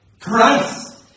Christ